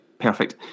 perfect